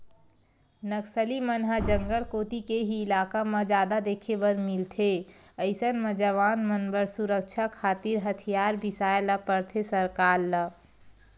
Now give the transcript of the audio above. नक्सली मन ह जंगल कोती के ही इलाका म जादा देखे बर मिलथे अइसन म जवान मन बर सुरक्छा खातिर हथियार बिसाय ल परथे सरकार ल